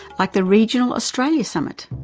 like the regional australia summit,